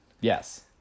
Yes